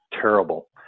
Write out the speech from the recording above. terrible